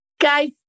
guys